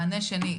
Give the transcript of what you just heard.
מענה שני,